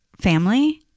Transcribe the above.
family